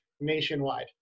nationwide